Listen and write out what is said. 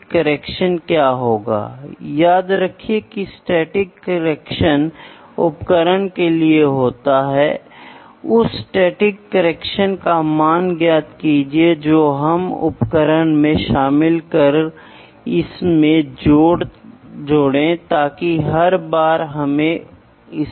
तो यहाँ हम क्रिस्टल का एक टुकड़ा रखते हैं और क्रिस्टल का टुकड़ा वेट के विस्थापन को मापता है और फिर यह जल्दी से बताता है इसे डायरेक्ट मेजरमेंट कहा जाता है और इसे इनडायरेक्ट मेजरमेंट कहा जाता है